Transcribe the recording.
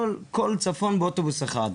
כל הצפון באוטובוס אחד,